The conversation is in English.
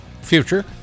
future